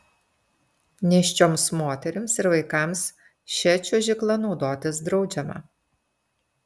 nėščioms moterims ir vaikams šia čiuožykla naudotis draudžiama